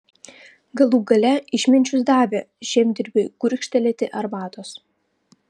galų gale išminčius davė žemdirbiui gurkštelėti arbatos